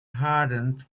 hardened